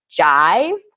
jive